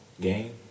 game